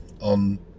on